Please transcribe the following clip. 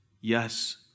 yes